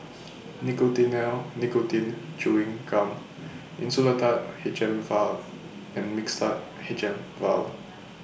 Nicotinell Nicotine Chewing Gum Insulatard H M Vial and Mixtard H M Vial